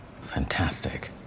fantastic